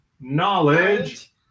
Knowledge